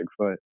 Bigfoot